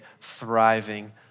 thriving